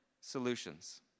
solutions